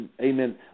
amen